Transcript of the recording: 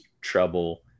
trouble